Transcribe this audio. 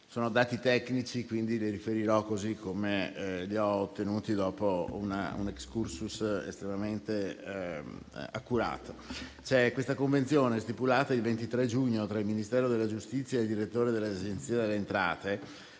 Sono dati tecnici, quindi li riferirò così come li ho ottenuti, dopo un *excursus* estremamente accurato. Questa convenzione, stipulata il 23 giugno tra il Ministero della giustizia e il direttore dell'Agenzia delle entrate,